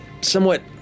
somewhat